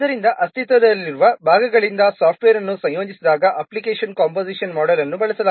ಆದ್ದರಿಂದ ಅಸ್ತಿತ್ವದಲ್ಲಿರುವ ಭಾಗಗಳಿಂದ ಸಾಫ್ಟ್ವೇರ್ ಅನ್ನು ಸಂಯೋಜಿಸಿದಾಗ ಅಪ್ಲಿಕೇಶನ್ ಕಂಪೋಸಿಷನ್ ಮೋಡೆಲ್ ಅನ್ನು ಬಳಸಲಾಗುತ್ತದೆ